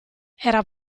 era